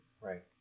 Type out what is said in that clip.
Right